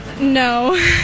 No